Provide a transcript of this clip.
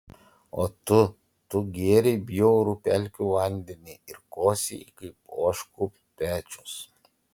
o tu tu gėrei bjaurų pelkių vandenį ir kosėjai kaip ožkų pečius